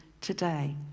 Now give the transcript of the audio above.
today